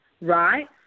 right